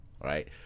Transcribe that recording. right